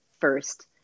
first